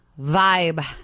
vibe